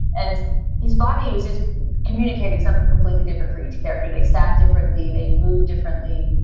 and his body was just communicating something completely different for each character. they sat differently. they move differently.